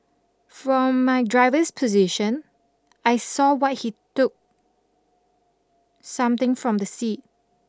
from my driver's position I saw what he took something from the seat